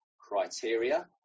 criteria